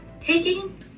taking